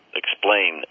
explain